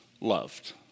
loved